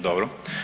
Dobro.